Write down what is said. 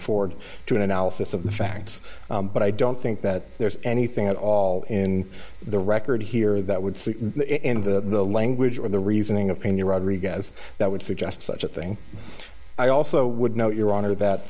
afford to an analysis of the facts but i don't think that there's anything at all in the record here that would say in the language or the reasoning opinion rodriguez that would suggest such a thing i also would note your honor that